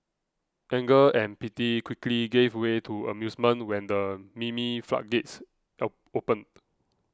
anger and pity quickly gave way to amusement when the meme floodgates opened